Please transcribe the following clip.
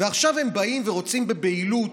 ועכשיו הם באים ורוצים בבהילות,